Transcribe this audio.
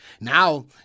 Now